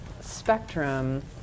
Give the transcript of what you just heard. spectrum